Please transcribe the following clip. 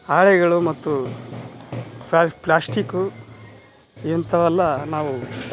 ಹಾಳೆಗಳು ಮತ್ತು ಪ್ಲಾಸ್ಟಿಕು ಇಂಥವೆಲ್ಲ ನಾವು